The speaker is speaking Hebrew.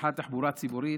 לפתיחת תחבורה ציבורית,